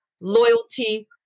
loyalty